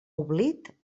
oblit